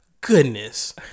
Goodness